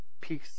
peace